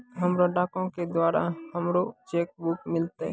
हमरा डाको के द्वारा हमरो चेक बुक मिललै